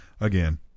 Again